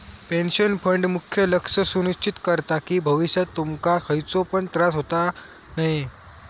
pension fund मुख्य लक्ष सुनिश्चित करता कि भविष्यात तुमका खयचो पण त्रास होता नये